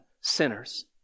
sinners